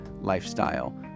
lifestyle